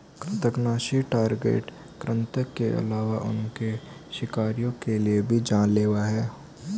कृन्तकनाशी टारगेट कृतंक के अलावा उनके शिकारियों के लिए भी जान लेवा हैं